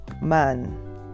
man